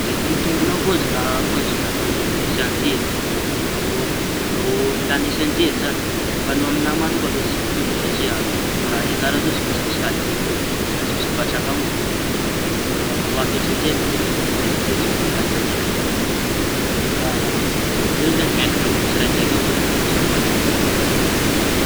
Mety hitomboña avao izy raha ohatry atao tsy anjery no no lañia tsianjery zañy. Fa ho aña mañoka aloha tsy mitombo satria raha iañara zao tsy maintsy misy adiño avao tsy maintsy misy patraky avao fa no atao tsianjery mo zany izy vao hay tanteraky. Fa io zañy miankiña amy olo tsiraidraika avao izy io miankiña amy loha ny tsiiraidraika.